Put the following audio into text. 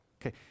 okay